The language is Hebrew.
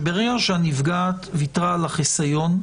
שברגע שהנפגעת ויתרה על החיסיון,